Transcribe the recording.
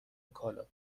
کالا